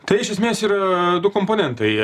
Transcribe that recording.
tai iš esmės yra du komponentai